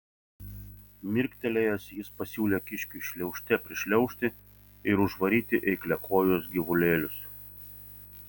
mirktelėjęs jis pasiūlė kiškiui šliaužte prišliaužti ir užvaryti eikliakojus gyvulėlius